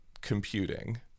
computing